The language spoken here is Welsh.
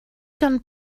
gan